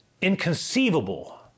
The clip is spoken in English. inconceivable